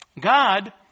God